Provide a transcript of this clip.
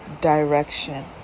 direction